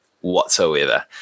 whatsoever